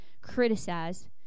criticize